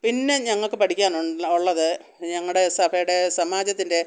പിന്നെ ഞങ്ങൾക്ക് പഠിക്കാനുളള ഉള്ളത് ഞങ്ങളുടെ സഭയുടെ സമാജത്തിൻ്റെ